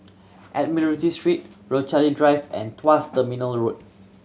Admiralty Street Rochalie Drive and Tuas Terminal Road